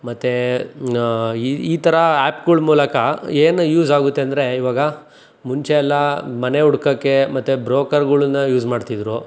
ಮತ್ತು ಈ ಈ ಥರ ಆ್ಯಪ್ಗಳ ಮೂಲಕ ಏನು ಯೂಸ್ ಆಗುತ್ತೆ ಅಂದರೆ ಇವಾಗ ಮುಂಚೆಯೆಲ್ಲ ಮನೆ ಹುಡ್ಕಕ್ಕೆ ಮತ್ತು ಬ್ರೋಕರ್ಗಳನ್ನ ಯೂಸ್ ಮಾಡ್ತಿದ್ದರು